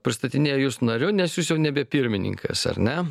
pristatinėju jus nariu nes jūs jau nebe pirmininkas ar ne